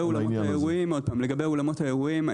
לגבי אולמות האירועים,